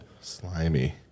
slimy